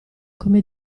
come